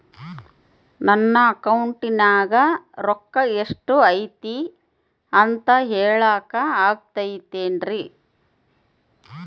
ನನ್ನ ಅಕೌಂಟಿನ್ಯಾಗ ರೊಕ್ಕ ಎಷ್ಟು ಐತಿ ಅಂತ ಹೇಳಕ ಆಗುತ್ತೆನ್ರಿ?